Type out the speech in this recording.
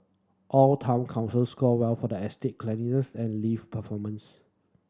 all town councils scored well for the estate cleanliness and lift performance